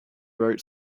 wrote